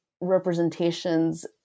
representations